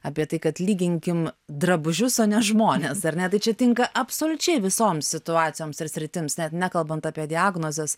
apie tai kad lyginkim drabužius o ne žmones ar ne tai čia tinka absoliučiai visoms situacijoms ir sritims net nekalbant apie diagnozes